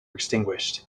extinguished